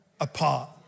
apart